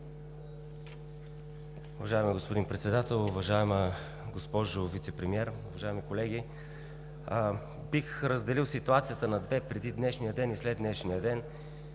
Уважаеми господин Председател, уважаема госпожо Вицепремиер, уважаеми колеги! Бих разделил ситуацията на две – преди днешния ден и след днешния ден,